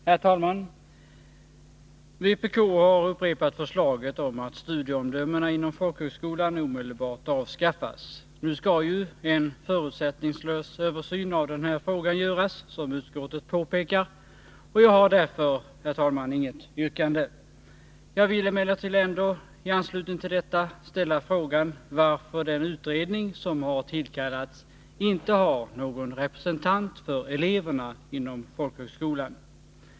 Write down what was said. Herr talman! Vpk har upprepat förslaget om att studieomdömena inom folkhögskolan omedelbart skall avskaffas. Nu skall en förutsättningslös översyn av den här frågan göras, som utskottet påpekar, och jag har därför, herr talman, inget yrkande. Jag vill emellertid ändå i anslutning till detta ställa frågan varför den utredning som har tillkallats inte har någon representant för eleverna inom folkhögskolan.